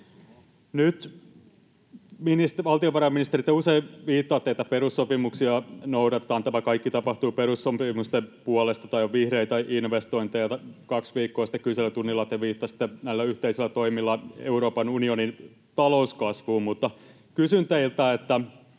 Valtiovarainministeri, te usein viittaatte, että perussopimuksia noudatetaan, tämä kaikki tapahtuu perussopimusten puolesta tai on vihreitä investointeja. Kaksi viikkoa sitten kyselytunnilla te viittasitte näillä yhteisillä toimilla Euroopan unionin talouskasvuun, mutta kysyn teiltä: